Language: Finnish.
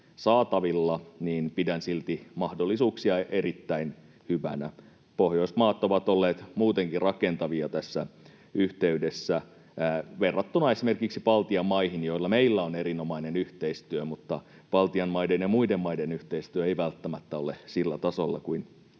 saatavilla, niin pidän silti mahdollisuuksia erittäin hyvinä. Pohjoismaat ovat olleet muutenkin rakentavia tässä yhteydessä verrattuna esimerkiksi Baltian maihin, joiden kanssa meillä on erinomainen yhteistyö, mutta Baltian maiden ja muiden maiden yhteistyö ei välttämättä ole sillä tasolla kuin